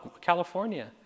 California